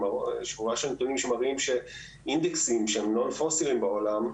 שורה של נתונים שמראים שאינדקסים שהם Non fossil בעולם,